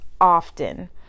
often